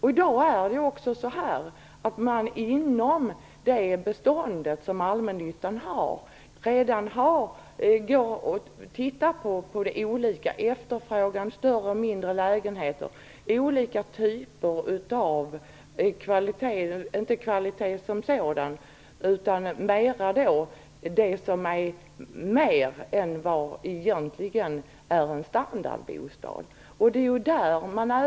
I dag kan man inom allmännyttans bestånd se olika efterfrågan på större eller mindre lägenheter och olika typer av kvalitet - inte i betydelsen kvalitet som sådan, utan i betydelsen att man kan hitta lägenheter som har en kvalitet som går utöver det som i dag är en standardbostad.